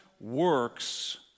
works